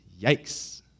Yikes